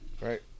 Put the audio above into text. Right